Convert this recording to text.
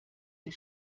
sie